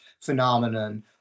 phenomenon